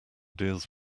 deals